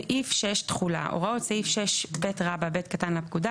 תחולה 6. הוראות סעיף 6ב(ב) לפקודה,